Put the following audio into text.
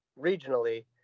regionally